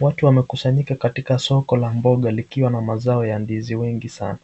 Watu wamekusanyika katika soko la mboga likiwa na mazao ya ndizi wingi sana.